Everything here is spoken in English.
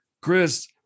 Chris